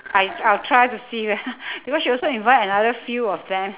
I I'll try to see eh because she also invite another few of them